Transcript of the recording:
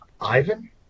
Ivan